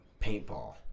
Paintball